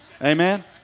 Amen